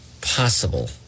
possible